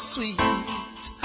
Sweet